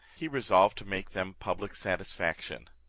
he resolved to make them public satisfaction.